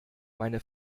meine